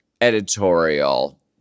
editorial